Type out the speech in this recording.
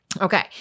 Okay